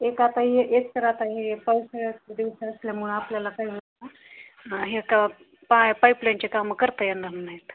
एक आता हे एक तर आता हे पावसाळ्याचे दिवस असल्यामुळं आपल्याला काही हे का पाय पाईपलाईनचे कामं करता येणार नाहीत